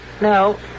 no